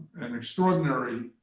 an extraordinary